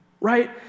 Right